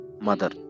mother